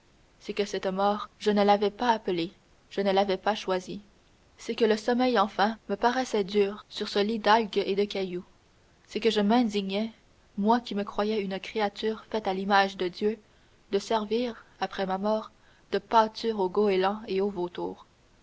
c'est que cette mort je ne l'avais pas appelée je ne l'avais pas choisie c'est que le sommeil enfin me paraissait dur sur ce lit d'algues et de cailloux c'est que je m'indignais moi qui me croyais une créature faite à l'image de dieu de servir après ma mort de pâture aux goélands et aux vautours